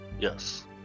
Yes